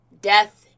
death